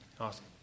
Awesome